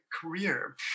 career